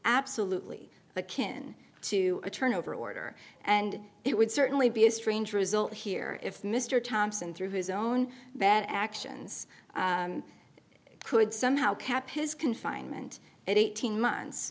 absolutely a kin to a turnover order and it would certainly be a strange result here if mr thompson through his own bad actions could somehow kept his confinement at eighteen months